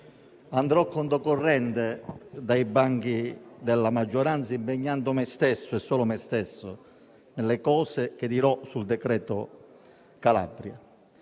andrò controcorrente dai banchi della maggioranza impegnando solo me stesso nelle cose che dirò sul decreto Calabria.